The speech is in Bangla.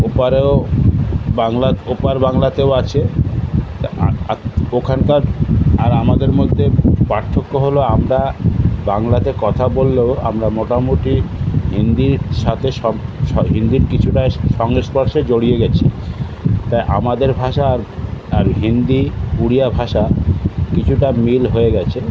ওপারেও বাংলার ওপার বাংলাতেও আছে ওখানকার আর আমাদের মধ্যে পার্থক্য হল আমরা বাংলাতে কথা বললেও আমরা মোটামুটি হিন্দির সাথে সব সব হিন্দির কিছুটা সংস্পর্শে জড়িয়ে গিয়েছি তাই আমাদের ভাষা আর আর হিন্দি ওড়িয়া ভাষা কিছুটা মিল হয়ে গিয়েছে